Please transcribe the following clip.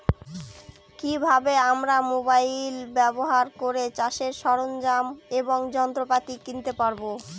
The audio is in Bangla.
কি ভাবে আমরা মোবাইল ব্যাবহার করে চাষের সরঞ্জাম এবং যন্ত্রপাতি কিনতে পারবো?